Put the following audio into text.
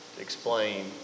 explain